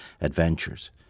adventures